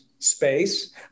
space